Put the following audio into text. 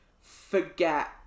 forget